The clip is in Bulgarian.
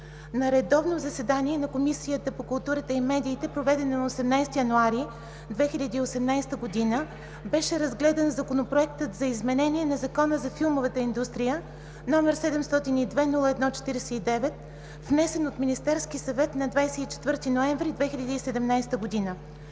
На редовно заседание на Комисията по културата и медиите, проведено на 18 януари 2018 г., беше разгледан Законопроект за изменение на Закона за филмовата индустрия, № 702-01-49, внесен от Министерския съвет на 24 ноември 2017 г.